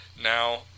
Now